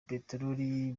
peteroli